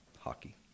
hockey